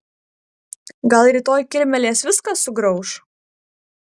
gal rytoj kirmėlės viską sugrauš